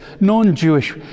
non-Jewish